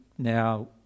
now